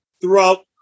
throughout